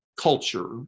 culture